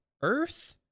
earth